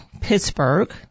Pittsburgh